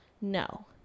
no